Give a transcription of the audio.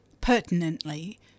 pertinently